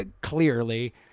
clearly